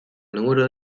número